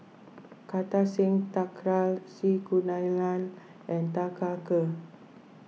Kartar Singh Thakral C Kunalan and Tan Kah Kee